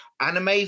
anime